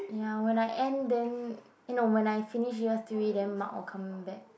ya when I end then eh no when I finish year three then Mark will come back